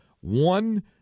one